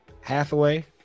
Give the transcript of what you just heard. Hathaway